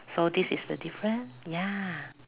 so this is the different ya